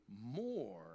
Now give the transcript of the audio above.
more